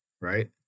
right